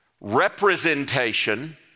Representation